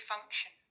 function